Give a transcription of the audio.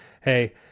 hey